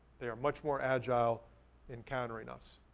they are much more agile in countering us.